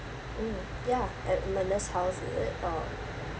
mm ya at manes's house is it or